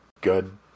good